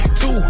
two